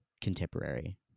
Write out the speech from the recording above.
contemporary